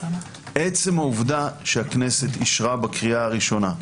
עצם העובדה שהכנסת אישרה בקריאה הראשונה,